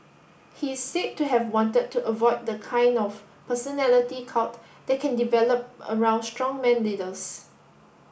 he is said to have wanted to avoid the kind of personality cult that can develop around strongman leaders